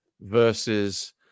versus